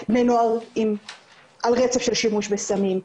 בבני נוער על רצף של שימוש בסמים.